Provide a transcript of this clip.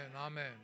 Amen